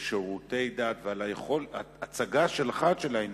שירותי דת, וההצגה שלך של העניין,